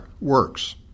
works